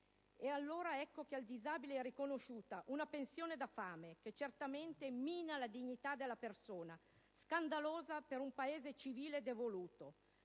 Infatti, al disabile viene riconosciuta una pensione da fame, che certamente mina la dignità della persona ed è scandalosa per un Paese civile ed evoluto.